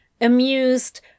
Amused